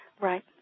Right